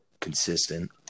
consistent